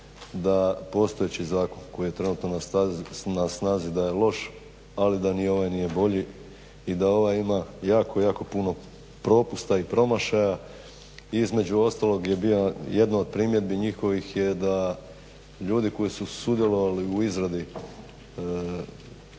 da postojeći zakon koji je trenutno na snazi da je loš ali da ni ovaj nije bolji i da ovaj ima jako puno propusta i promašaja, između ostalog je bio, jedna od primjedbi njihovih je da ljudi koji su sudjelovali u izradi